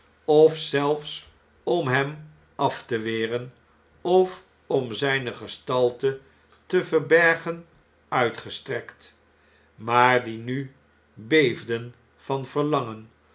of zelfs om hem af te weren of om zijne gestalte te verbergen uitgestrekt maar die nu beefden van verlangen